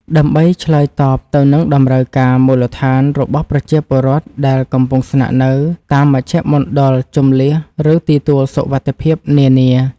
ដើម្បីឆ្លើយតបទៅនឹងតម្រូវការមូលដ្ឋានរបស់ប្រជាពលរដ្ឋដែលកំពុងស្នាក់នៅតាមមជ្ឈមណ្ឌលជម្លៀស ឬទីទួលសុវត្ថិភាពនានា។